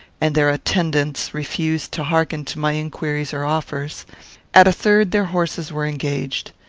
and their attendants refused to hearken to my inquiries or offers at a third, their horses were engaged.